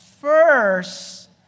first